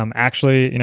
um actually, you know